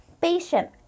patient